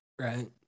Right